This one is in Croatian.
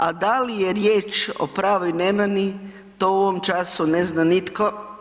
A da li je riječ o pravoj nemani, to u ovom času ne zna nitko.